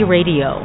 Radio